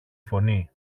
φωνή